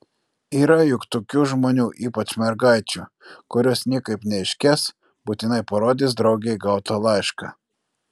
yra juk tokių žmonių ypač mergaičių kurios niekaip neiškęs būtinai parodys draugei gautą laišką